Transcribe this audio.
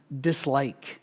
dislike